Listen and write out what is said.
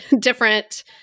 different